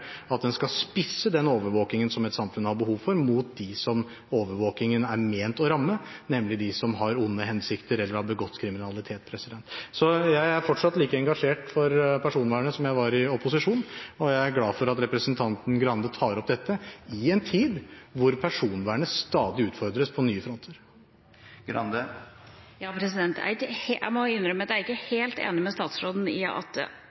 at en skal spisse den overvåkingen som et samfunn har behov for, mot dem som overvåkingen er ment å ramme, nemlig de som har onde hensikter eller har begått kriminalitet. Så jeg er fortsatt like engasjert for personvernet som jeg var i opposisjon, og jeg er glad for at representanten Skei Grande tar opp dette i en tid hvor personvernet stadig utfordres på nye fronter. Jeg må innrømme at jeg ikke er helt enig med statsråden i at personvernet har blitt satt høyt i